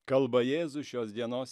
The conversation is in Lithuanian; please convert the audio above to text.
kalba jėzus šios dienos